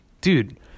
dude